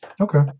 Okay